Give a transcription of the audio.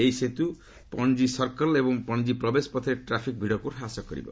ଏହି ସେତୁ ପାଣାଜୀ ସକିଲ୍ ଏବଂ ପାଣାଜୀ ପ୍ରବେଶ ପଥରେ ଟ୍ରାଫିକ୍ ଭିଡ଼କୁ ହ୍ରାସ କରିବ